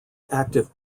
active